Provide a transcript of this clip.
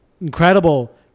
incredible